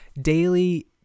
daily